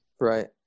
Right